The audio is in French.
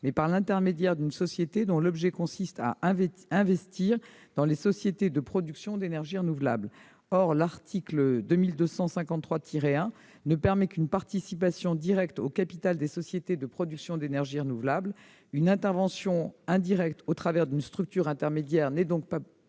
c'est par l'intermédiaire d'une société dont l'objet consiste à investir dans les sociétés de production d'énergie renouvelable. Or l'article L. 2253-1 ne permet qu'une participation directe au capital de sociétés de production d'énergie renouvelable. Une intervention indirecte au travers d'une structure intermédiaire n'est donc pas possible